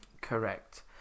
Correct